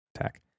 attack